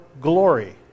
glory